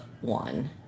one